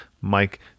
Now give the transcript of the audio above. Mike